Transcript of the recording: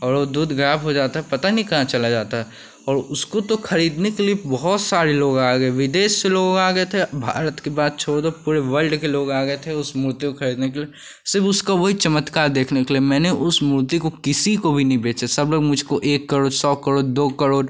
और वह दूध गायब हो जाता पता नहीं कहाँ चला जाता और उसको तो खरीदने के लिए बहुत सारे लोग आ गए विदेश से लोग आ गए थे भारत की बात छोड़ दो पूरे वर्ल्ड के लोग आ गए थे उस मूर्ति को खरीदने के लिए सिर्फ उसका वही चमत्कार देखने के लिए मैंने उस मूर्ति को किसी को भी नहीं बेचा सभी लोग एक करोड़ सौ करोड़ दो करोड़